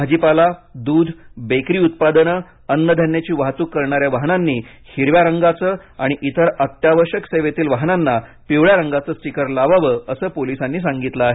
भाजीपाला द्ध बेकरी उत्पादनं अन्नधान्याची वाहतूक करणाऱ्या वाहनांनी हिरव्या रंगाचं आणि इतर अत्यावश्यक सेवेतील वाहनांना पिवळ्या रंगाचं स्टीकर लावावं असं पोलिसांनी सांगितलं आहे